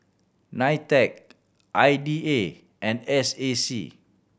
NITEC I D A and S A C